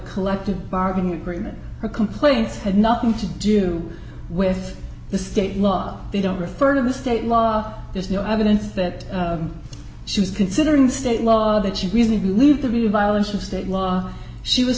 collective bargaining agreement her complaints had nothing to do with the state law they don't refer to the state law there's no evidence that she was considering state law that she really believed to be in violation of state law she was